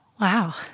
Wow